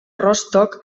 rostock